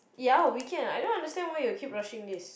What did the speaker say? ya we can I don't understand why you keep rushing this